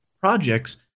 projects